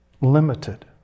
limited